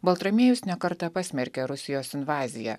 baltramiejus ne kartą pasmerkė rusijos invaziją